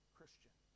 Christian